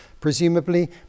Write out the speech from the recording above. presumably